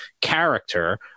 character